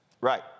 Right